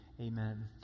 Amen